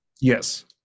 Yes